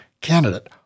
candidate